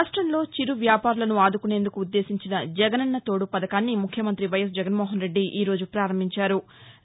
రాష్టంలో చిరు వ్యాపారులను ఆదుకునేందుకు ఉద్దేశించిన జగనన్న తోడు పథకాన్ని ముఖ్యమంత్రి వైఎస్ జగన్మోహన్రెడ్డి ఈరోజు పారంభించారు